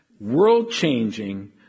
world-changing